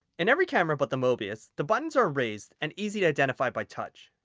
in every camera but the mobius the buttons are raised and easy to identify by touch.